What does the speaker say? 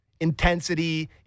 intensity